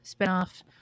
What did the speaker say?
spinoff